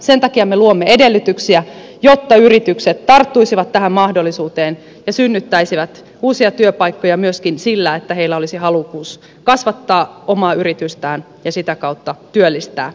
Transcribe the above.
sen takia me luomme edellytyksiä jotta yritykset tarttuisivat tähän mahdollisuuteen ja synnyttäisivät uusia työpaikkoja myöskin sillä että heillä olisi halukkuus kasvattaa oma yritystään ja sitä kautta työllistää ihmisiä